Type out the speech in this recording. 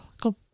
Go